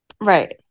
Right